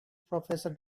professor